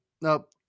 Nope